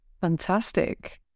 Fantastic